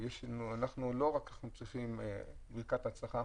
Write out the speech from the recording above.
אנחנו לא רק צריכים ברכת הצלחה,